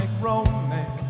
romance